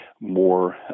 more